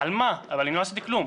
'על מה, לא עשיתי כלום',